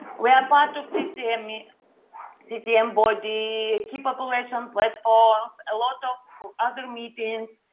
we are part of ccm i mean ccm body, key population platforms, a lot of of other meetings,